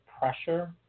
pressure